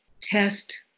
test